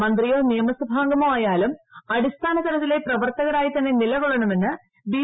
മന്ത്രിയോ നിയമസഭാംഗമോ ആയാലും അടിസ്ഥാന തലത്തിലെ പ്രവർത്തകരായിതന്നെ നിലകൊള്ളണമെന്ന് ബി